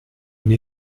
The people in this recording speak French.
une